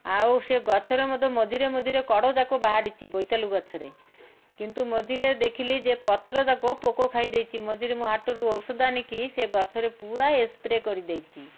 ଆଉ ସେ ଗଛରେ ମଧ୍ୟ ମଝିରେ ମଝିରେ କଢ଼ ଯାକ ବାହାରିଛି ବୋଇତାଳୁ ଗଛରେ କିନ୍ତୁ ମଝିରେ ଦେଖିଲି ଯେ ପତ୍ର ଯାକ ପୋକ ଖାଇ ଦେଇଛି ମଝିରେ ମୁଁ ହାଟରୁ ଔଷଧ ଆଣିକି ସେ ଗଛରେ ପୁରା ସ୍ପ୍ରେ କରି ଦେଇଛି